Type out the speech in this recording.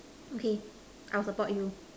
okay I'll support you